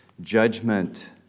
judgment